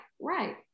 right